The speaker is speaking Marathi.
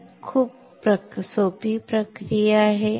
तर ही खूप प्रक्रिया आहे